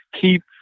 keep